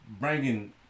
bringing